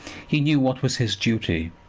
he knew what was his duty.